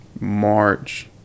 March